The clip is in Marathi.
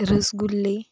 रसगुल्ले